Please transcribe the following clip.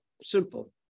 simple